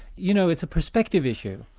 you know, it's a perspective issue.